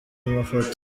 mafoto